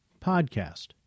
podcast